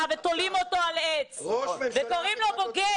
ותולים אותו על עץ וקוראים לו בוגד.